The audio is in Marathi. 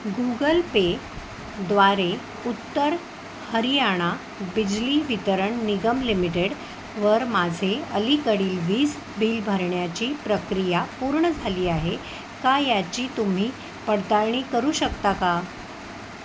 गुगल पेद्वारे उत्तर हरियाणा बिजली वितरण निगम लिमिटेडवर माझे अलीकडील वीज बिल भरण्याची प्रक्रिया पूर्ण झाली आहे का याची तुम्ही पडताळणी करू शकता का